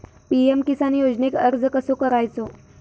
PM किसान योजनेक अर्ज कसो करायचो?